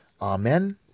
Amen